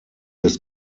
des